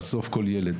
כל ילד,